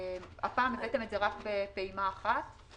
הפעם הבאתם את זה רק בפעימה אחת.